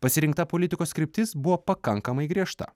pasirinkta politikos kryptis buvo pakankamai griežta